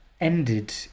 ended